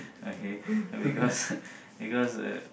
okay because because uh